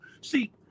See